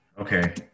Okay